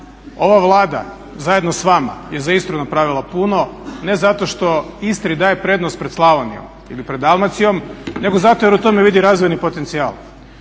Ova Vlada zajedno s vama je za Istru napravila puno, ne zato što Istri daje prednost pred Slavonijom ili pred Dalmacijom nego zato jer u tome vidi razvojno potencijal.